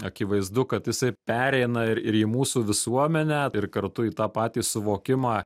akivaizdu kad jisai pereina ir ir į mūsų visuomenę ir kartu į tą patį suvokimą